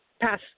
Pass